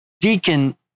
Deacon